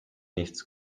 nichts